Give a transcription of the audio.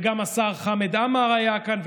וגם השר חמד עמאר היה כאן,